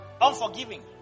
unforgiving